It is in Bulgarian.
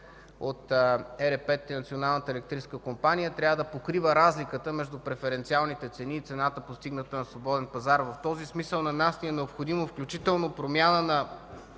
и Националната електрическа компания, трябва да покрива разликата между преференциалните цени и цената, постигната на свободен пазар. В този смисъл на нас ни е необходимо включително промяна на